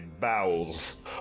bowels